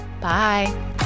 Bye